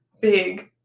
big